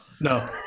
no